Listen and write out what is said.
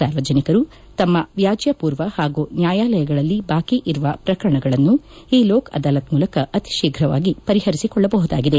ಸಾರ್ವಜನಿಕರು ತಮ್ಮ ವ್ಯಾಜ್ಯ ಪೂರ್ವ ಹಾಗೂ ನ್ಯಾಯಾಲಯಗಳಲ್ಲಿ ಬಾಕಿ ಇರುವ ಪ್ರಕರಣಗಳನ್ನು ಈ ಲೋಕ್ ಅದಾಲತ್ ಮೂಲಕ ಅತೀ ಶೀಫ್ರವಾಗಿ ಪರಿಹರಿಸಿಕೊಳ್ಳಬಹುದಾಗಿದೆ